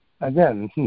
again